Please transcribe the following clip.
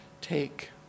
take